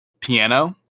piano